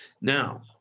Now